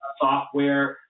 software